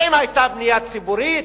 האם היתה בנייה ציבורית?